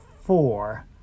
four